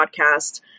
podcast